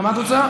גם את רוצה?